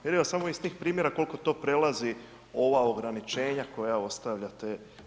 Vidimo samo iz tih primjera, koliko to prelazi ova ograničenja koja ostavljate.